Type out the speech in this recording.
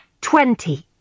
twenty